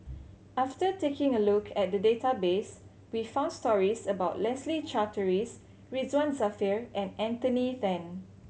after taking a look at the database we found stories about Leslie Charteris Ridzwan Dzafir and Anthony Then